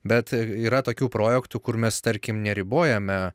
bet yra tokių projektų kur mes tarkim neribojame